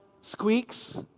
squeaks